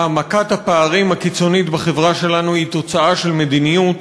העמקת הפערים הקיצונית בחברה שלנו היא תוצאה של מדיניות.